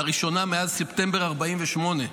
לראשונה מאז ספטמבר 1948,